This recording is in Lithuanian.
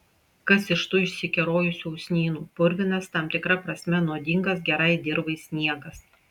kas iš tų išsikerojusių usnynų purvinas tam tikra prasme nuodingas gerai dirvai sniegas